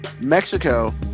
Mexico